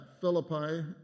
Philippi